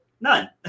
none